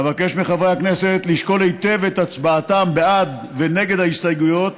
אבקש מחברי הכנסת לשקול היטב את הצבעתם בעד ונגד ההסתייגויות,